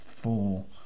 full